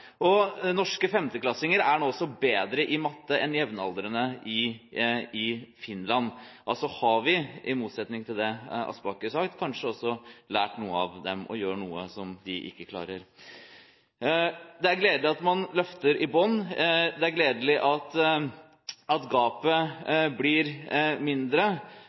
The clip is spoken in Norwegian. Og norske femteklassinger er nå også bedre i matte enn jevnaldrende i Finland, altså har vi, i motsetning til det Aspaker sa, kanskje også lært noe av dem og gjør noe som de ikke klarer. Det er gledelig at man løfter i bånn. Det er gledelig at gapet blir mindre.